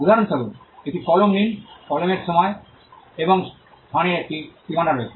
উদাহরণস্বরূপ একটি কলম নিন কলমের সময় এবং স্থানের একটি সীমানা রয়েছে